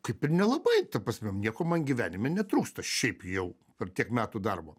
kaip ir nelabai ta prasme nieko man gyvenime netrūksta šiaip jau per tiek metų darbo